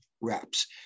wraps